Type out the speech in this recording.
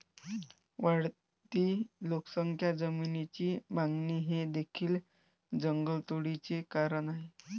वाढती लोकसंख्या, जमिनीची मागणी हे देखील जंगलतोडीचे कारण आहे